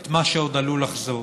את מה שעוד עלול לחזור.